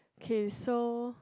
k so